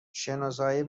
شناسایی